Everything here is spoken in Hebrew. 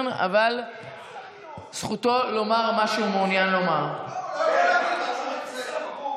זו עדיין מדינה דמוקרטית.